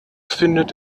findet